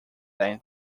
than